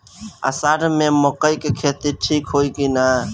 अषाढ़ मे मकई के खेती ठीक होई कि ना?